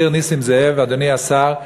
אדוני השר,